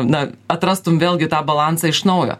na atrastum vėlgi tą balansą iš naujo